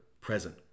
present